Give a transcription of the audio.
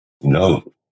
No